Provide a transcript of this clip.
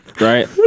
right